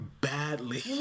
badly